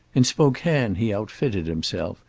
in spokane he outfitted himself,